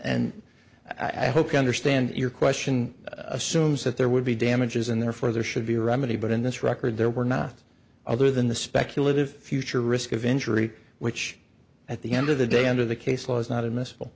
and i hope you understand your question assumes that there would be damages and therefore there should be a remedy but in this record there were not other than the speculative future risk of injury which at the end of the day under the case law is not admissible